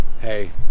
Hey